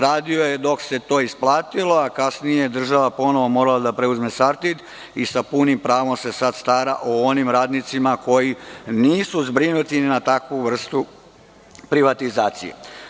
Radio je dok se to isplatilo, a kasnije je država ponovo morala da preuzme „Sartid“ i sa punim pravom se sada stara o onim radnicima koji nisu zbrinuti na takvu vrstu privatizacije.